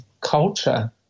culture